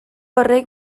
horrek